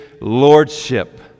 Lordship